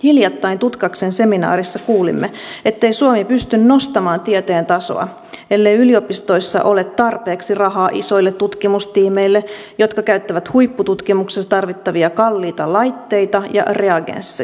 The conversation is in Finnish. hiljattain tutkaksen seminaarissa kuulimme ettei suomi pysty nostamaan tieteen tasoa ellei yliopistoissa ole tarpeeksi rahaa isoille tutkimustiimeille jotka käyttävät huippututkimuksessa tarvittavia kalliita laitteita ja reagensseja